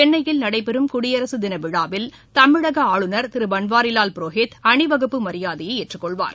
சென்னையில் நடைபெறும் குடியரசு தின விழாவில் தமிழக ஆளுநர் திரு பன்வாரிலால் புரோஹித் அணிவகுப்பு மரியாதையை ஏற்றுக் கொள்வார்